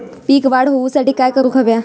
पीक वाढ होऊसाठी काय करूक हव्या?